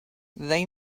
they